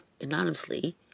anonymously